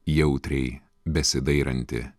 jautriai besidairanti